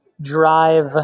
drive